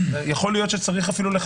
אנו צריכים להקפיד אולי אפילו צריך